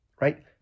right